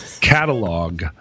catalog